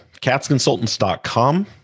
CatsConsultants.com